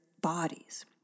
bodies